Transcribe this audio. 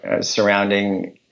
surrounding